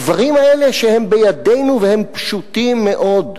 הדברים האלה הם בידינו והם פשוטים מאוד.